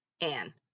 Anne